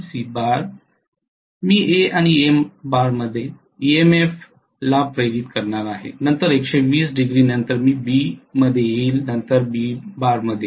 me A Al मध्ये EMF ला induced करणार आहे नंतर 120 डिग्रीनंतर मी B मध्ये येईल नंतर Bl